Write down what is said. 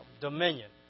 dominion